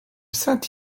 saint